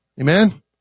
Amen